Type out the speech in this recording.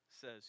says